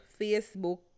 Facebook